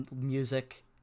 music